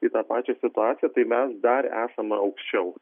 į tą pačią situaciją tai mes dar esame aukščiau